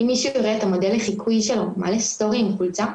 אם מישהו יראה את המודל לחיקוי שלו מעלה סטורי עם חולצה,